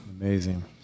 amazing